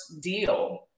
deal